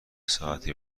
ساعتی